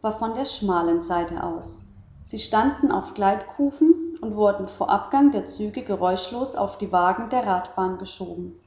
war von der schmalen seite aus sie standen auf gleitkufen und wurden vor abgang der züge geräuschlos auf die wagen der radbahn geschoben